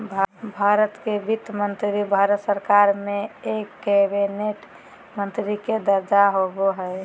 भारत के वित्त मंत्री भारत सरकार में एक कैबिनेट मंत्री के दर्जा होबो हइ